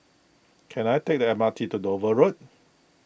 can I take the M R T to Dover Road